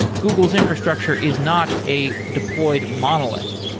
google's infrastructure is not a deployed monolith.